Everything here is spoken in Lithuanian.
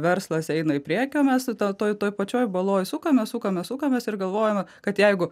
verslas eina į priekį o mes toj toj pačioj baloj sukamės sukamės sukamės ir galvojame kad jeigu